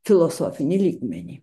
filosofinį lygmenį